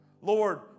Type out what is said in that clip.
Lord